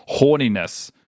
horniness